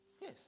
Yes